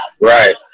Right